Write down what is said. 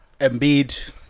Embiid